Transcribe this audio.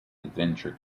adventure